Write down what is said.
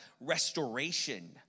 restoration